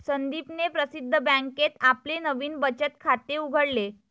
संदीपने प्रसिद्ध बँकेत आपले नवीन बचत खाते उघडले